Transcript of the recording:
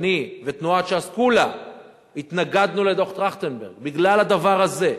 ואני ותנועת ש"ס כולה התנגדנו לדוח-טרכטנברג בגלל הדבר הזה.